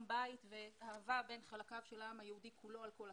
בית ואהבה בין חלקיו של העם היהודי כולו על כל הקשת.